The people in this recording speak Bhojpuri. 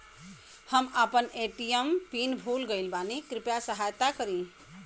हम आपन ए.टी.एम पिन भूल गईल बानी कृपया सहायता करी